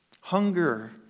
Hunger